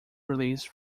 released